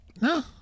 No